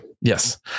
Yes